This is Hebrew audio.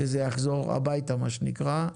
שזה יחזור הביתה מה שנקרא,